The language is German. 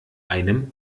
einem